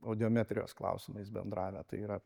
audiometrijos klausimais bendravę tai yra